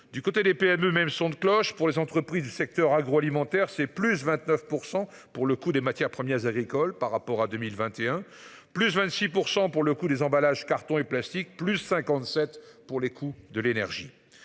Du côté des PME, même son de cloche pour les entreprises du secteur agroalimentaire, c'est plus 29% pour le coût des matières premières agricoles par rapport à 2021, plus 26% pour le coup des emballages cartons et plastiques, plus 57 pour les coûts de l'énergie.